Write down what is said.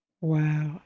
Wow